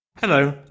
Hello